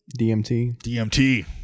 DMT